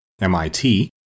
MIT